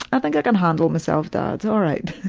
i think i can handle myself, dad. alright.